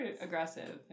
aggressive